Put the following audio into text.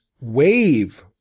wave